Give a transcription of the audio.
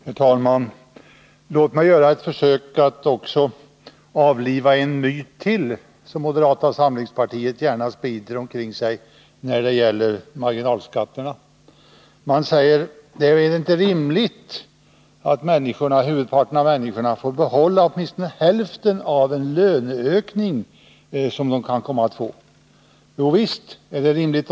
Herr talman! Låt mig göra ett försök att avliva en myt till som moderata samlingspartiet gärna sprider omkring sig när det gäller marginalskatterna. De frågar: Är det inte rimligt att huvudparten av människorna får behålla åtminstone hälften av den löneökning som de kan komma att få? Jovisst är det rimligt.